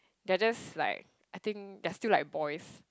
they are just like I think they are still like boys